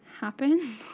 happen